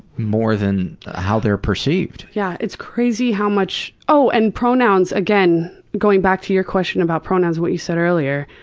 more than how they're perceived. yeah, it's crazy how much, oh! and pronouns again. going back to your question about pronouns and what you said earlier.